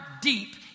deep